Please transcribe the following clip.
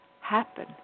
happen